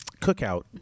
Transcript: cookout